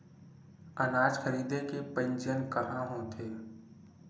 अनाज खरीदे के पंजीयन कहां होथे?